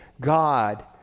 God